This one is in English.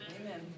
Amen